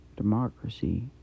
Democracy